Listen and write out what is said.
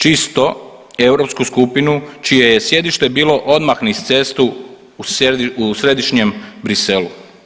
Čisto europsku skupinu čije je sjedište bilo odmah niz cestu u središnjem Bruxellesu.